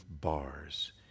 bars